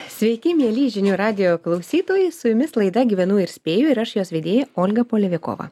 sveiki mieli žinių radijo klausytojai su jumis laida gyvenu ir spėju ir aš jos vedėja olga polevikova